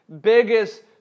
biggest